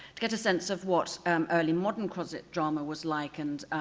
get a sense of what um early modern closet drama was like and